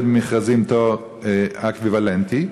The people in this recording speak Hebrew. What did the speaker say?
במכרזים מתמודדים עם תואר אקוויוולנטי?